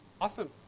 Awesome